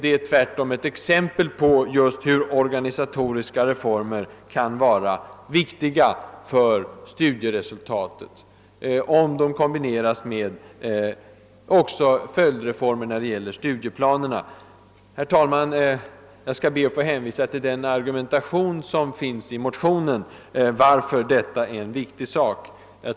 Den är tvärtom ett exempel på att organisatoriska reformer kan vara viktiga för studieresultatet, om de kombineras med följdreformer i fråga om studieplanerna. Jag ber att få hänvisa till motionens argumentation — jag tror att den talar för sig själv.